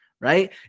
right